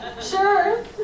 Sure